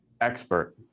expert